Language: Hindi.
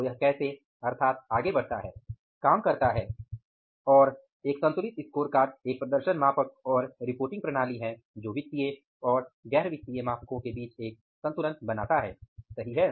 तो यह कैसे अर्थात आगे बढ़ता है काम करता है एक संतुलित स्कोरकार्ड एक प्रदर्शन मापक और रिपोर्टिंग प्रणाली है जो वित्तीय और परिचालन मापको के बीच एक संतुलन बनाता है सही है